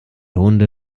hunde